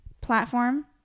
platform